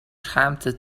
schaamte